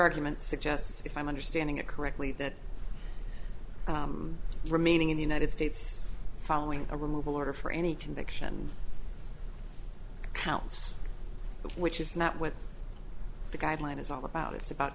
argument suggests if i'm understanding it correctly that remaining in the united states following a removal order for any conviction counts which is not what the guideline is all about it's about